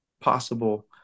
possible